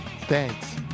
Thanks